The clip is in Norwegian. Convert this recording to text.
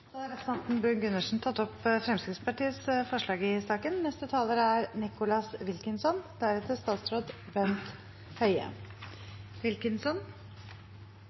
Da har representanten Tuva Moflag tatt opp Arbeiderpartiets forslag i saken.